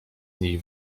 niej